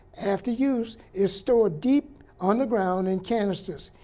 after use, is stored deep underground in canisters.